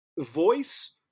voice